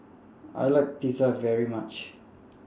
I like Pizza very much